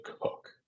cook